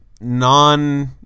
non